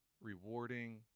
rewarding